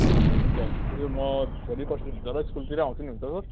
ए हुन्छ हुन्छ त्यसो भए म भोलि पर्सि हुन्छ होला स्कुलतिर आउँछु नि हुन्छ सर